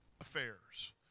affairs